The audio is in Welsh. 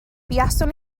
buaswn